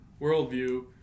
worldview